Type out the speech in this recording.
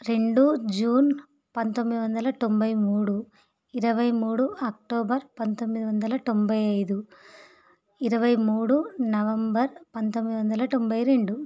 రెండు జూన్ పంతొమ్మిది వందల తొంభై మూడు ఇరవై మూడు అక్టోబర్ పంతొమ్మిది వందల తొంభై ఐదు ఇరవై మూడు నవంబర్ పంతొమ్మిది వందల తొంభై రెండు